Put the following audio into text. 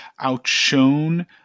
outshone